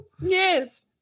Yes